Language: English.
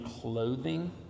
clothing